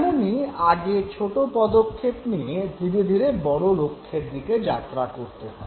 তেমনই আগে ছোটো পদক্ষেপ নিয়ে ধীরে ধীরে বড় লক্ষ্যের দিকে যাত্রা করতে হয়